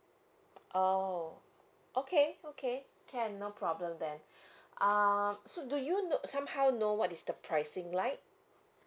oh okay okay can no problem then uh so do you know some how know hwat is the pricing like